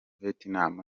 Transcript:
vietnam